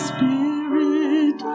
Spirit